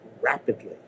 rapidly